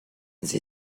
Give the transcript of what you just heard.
sie